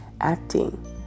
acting